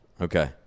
Okay